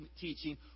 teaching